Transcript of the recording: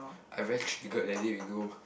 I very triggered that day we go